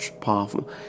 powerful